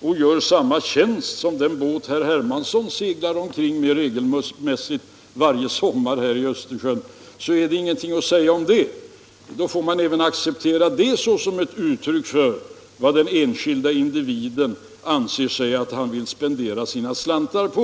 och gör samma tjänst som den båt som herr Hermansson seglar omkring med regelmässigt varje sommar här i Östersjön är det ingenting att säga om plastbåten. Då får man acceptera även den såsom ett uttryck för vad den enskilde individen anser sig villig att spendera sina slantar på.